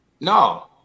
No